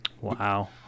Wow